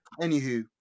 Anywho